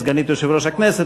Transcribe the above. סגנית יושב-ראש הכנסת,